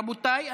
רבותיי,